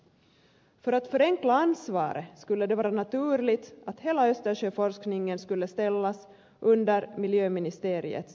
för att förenkla ansvaret skulle det vara naturligt att hela östersjöforskningen skulle ställas under miljöministeriets förvaltning